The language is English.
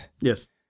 Yes